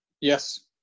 Yes